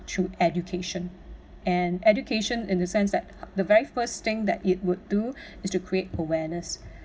through education and education in the sense like the very first thing that it would do is to create awareness